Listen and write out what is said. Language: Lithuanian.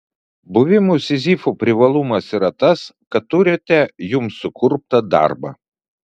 buvimo sizifu privalumas yra tas kad turite jums sukurptą darbą